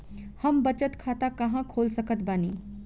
हम बचत खाता कहां खोल सकत बानी?